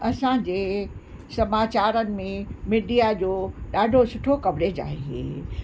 असांजे समाचारनि में मीडिया जो ॾाढो सुठो कवरेज आहे